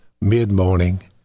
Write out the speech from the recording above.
mid-morning